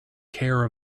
care